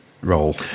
role